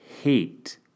hate